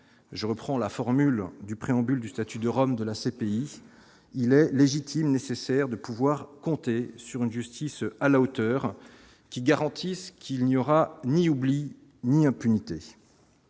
je reprends la formule du préambule du statut de Rome de la CPI, il est légitime, nécessaire de pouvoir compter sur une justice à la hauteur qui garantissent qu'il n'y aura ni oubli ni impunité